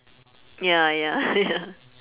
ya ya ya